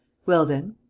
well, then.